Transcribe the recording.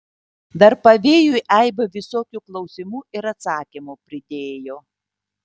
dar pavėjui aibę visokių klausimų ir atsakymų pridėjo